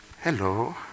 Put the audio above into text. Hello